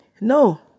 no